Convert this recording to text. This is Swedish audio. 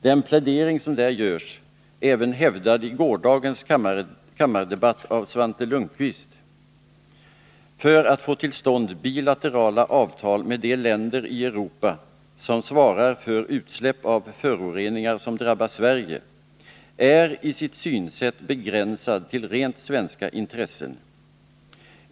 Den plädering som där görs — den uppfattningen hävdades även i gårdagens kammardebatt av Svante Lundkvist — för att försöka få till stånd bilaterala avtal med de länder i Europa som svarar för utsläpp av föroreningar som drabbar Sverige är till sitt synsätt begränsad till rent svenska intressen.